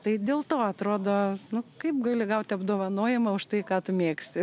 tai dėl to atrodo nu kaip gali gaut apdovanojimą už tai ką tu mėgsti